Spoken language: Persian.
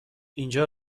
اینجا